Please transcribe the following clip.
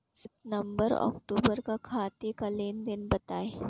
सितंबर अक्तूबर का खाते का लेनदेन बताएं